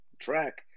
track